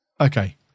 okay